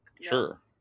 sure